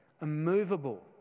immovable